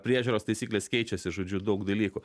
priežiūros taisyklės keičiasi žodžiu daug dalykų